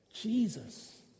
Jesus